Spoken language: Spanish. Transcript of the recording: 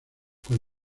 con